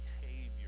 behavior